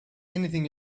anything